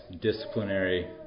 disciplinary